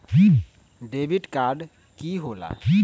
Debit card की होला?